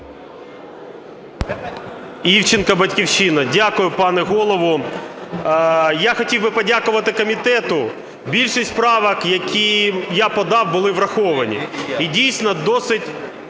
Івченко, "Батьківщина". Дякую, пане Голово. Я хотів би подякувати комітету, більшість правок, які я подав, були враховані. І, дійсно, досить